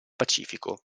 pacifico